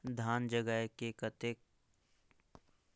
धान जगाय के मशीन कहा ले मिलही अउ सब्सिडी मे कतेक दाम लगही?